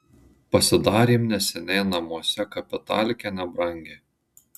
pasidarėm neseniai namuose kapitalkę nebrangiai